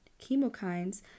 chemokines